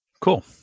Cool